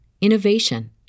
innovation